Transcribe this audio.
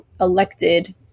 elected